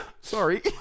sorry